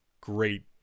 great